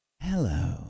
Hello